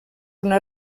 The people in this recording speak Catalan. una